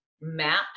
map